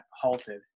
halted